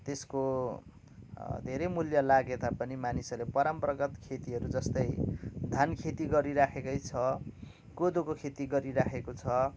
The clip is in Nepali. त्यसको धेरै मुल्य लागेता पनि मानिसहरूले परम्परागत खेतीहरू जस्तै धान खेती गरिराखेकै छ कोदोको खेती गरिराखेको छ